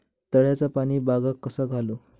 तळ्याचा पाणी बागाक कसा घालू?